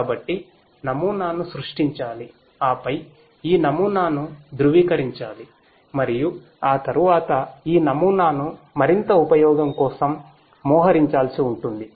కాబట్టి నమూనాను సృష్టించాలి ఆపై ఈ నమూనాను ధృవీకరించాలి మరియు ఆ తరువాత ఈ నమూనాను మరింత ఉపయోగం కోసం మోహరించాల్సి ఉంటుంది